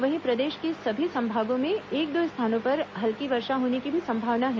वहीं प्रदेश के सभी संभागों में एक दो स्थानों पर हल्की वर्षा होने की भी संभावना है